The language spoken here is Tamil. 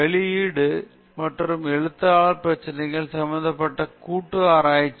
வெளியீடு மற்றும் எழுத்தாளர் பிரச்சினைகள் சம்பந்தப்பட்ட கூட்டு ஆராய்ச்சி